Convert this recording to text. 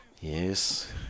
Yes